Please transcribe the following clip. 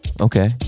okay